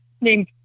name